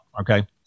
Okay